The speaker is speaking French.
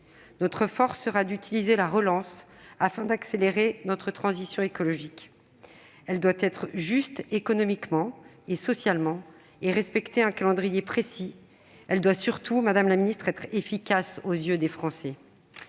Notre force sera d'utiliser la relance, afin d'accélérer notre transition écologique. Celle-ci doit être juste économiquement et socialement, respecter un calendrier précis. Elle doit surtout être efficace aux yeux des Français.